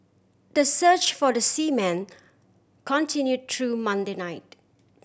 the search for the seamen continue through Monday night